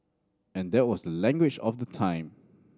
and that was the language of the time